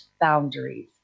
boundaries